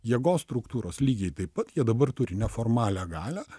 jėgos struktūros lygiai taip pat jie dabar turi neformalią galią